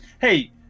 hey